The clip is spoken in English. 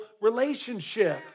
relationship